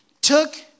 took